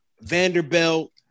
Vanderbilt